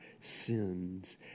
sins